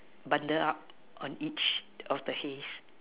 bundle up on each of the haze